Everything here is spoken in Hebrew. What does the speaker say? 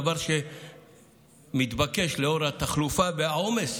דבר שמתבקש לנוכח התחלופה והעומס,